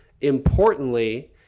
importantly